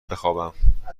بخوابم